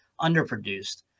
underproduced